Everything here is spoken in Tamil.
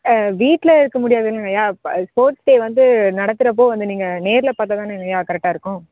ஆ வீட்டில் இருக்க முடியாதுங்கய்யா இப்போ ஸ்போர்ட்ஸ் டே வந்து நடத்துகிறப்போ வந்து நீங்கள் நேரில் பார்த்தாதானங்கய்யா கரெக்டாக இருக்கும்